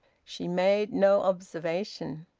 she made no observation.